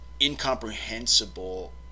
incomprehensible